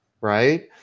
right